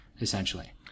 essentially